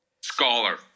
Scholar